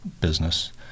business